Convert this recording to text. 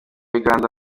uganda